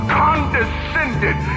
condescended